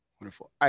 Wonderful